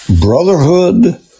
brotherhood